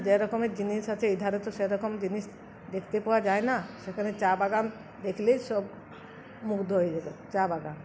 যেরকমের জিনিস আছে এধারে তো সেরকম জিনিস দেখতে পাওয়া যায় না সেখানে চা বাগান দেখলেই সব মুগ্ধ হয়ে যে চা বাগান